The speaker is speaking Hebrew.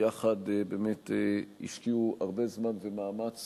שביחד באמת השקיעו הרבה זמן ומאמץ